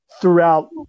throughout